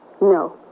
No